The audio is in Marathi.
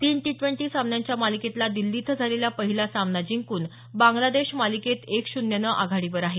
तीन टी द्वेंटी सामन्यांच्या मालिकेतला दिल्ली इथं झालेला पहिला सामना जिंकून बांग्लादेश मालिकेत एक शून्यनं आघाडीवर आहे